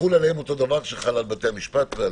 שיחול עליהם אותו דבר שחל על בתי המשפט.